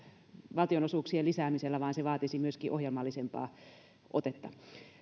valtionosuuksien lisäämisellä vaan se vaatisi myöskin ohjelmallisempaa otetta